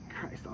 christ